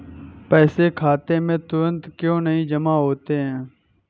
पैसे खाते में तुरंत क्यो नहीं जमा होते हैं?